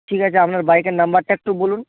ঠিক আছে আপনার বাইকের নাম্বারটা একটু বলুন